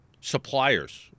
suppliers